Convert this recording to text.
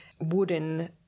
wooden